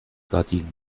gardinen